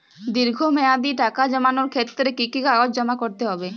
দীর্ঘ মেয়াদি টাকা জমানোর ক্ষেত্রে কি কি কাগজ জমা করতে হবে?